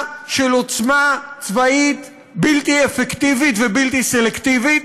של עוצמה צבאית בלתי אפקטיבית ובלתי סלקטיבית,